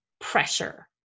pressure